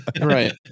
right